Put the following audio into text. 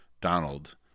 Donald